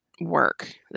work